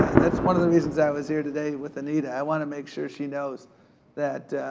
that's one of the reasons i was here today with anita. i wanna make sure she knows that